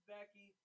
Becky